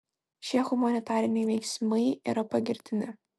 šie humanitariniai veiksmai yra pagirtini